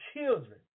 children